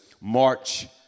march